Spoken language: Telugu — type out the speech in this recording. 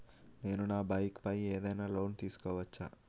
నేను నా బైక్ పై ఏదైనా లోన్ తీసుకోవచ్చా?